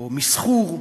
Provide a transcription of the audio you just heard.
או מסחור,